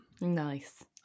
Nice